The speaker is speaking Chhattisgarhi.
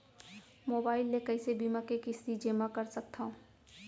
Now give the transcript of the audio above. मोबाइल ले कइसे बीमा के किस्ती जेमा कर सकथव?